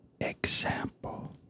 example